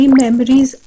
memories